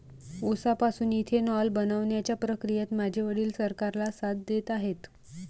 उसापासून इथेनॉल बनवण्याच्या प्रक्रियेत माझे वडील सरकारला साथ देत आहेत